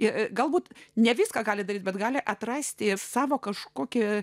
ir galbūt ne viską gali daryti bet gali atrasti savo kažkokią